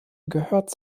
gehört